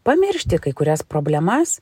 pamiršti kai kurias problemas